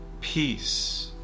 peace